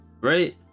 right